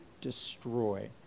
destroy